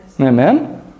Amen